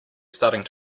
starting